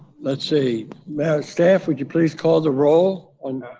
let's see, staff, would you please call the roll?